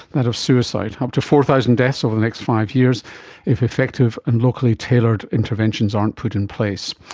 that of suicide, up to four thousand deaths over the next five years if effective and locally tailored interventions aren't put in place.